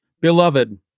Beloved